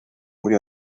muri